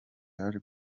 yaje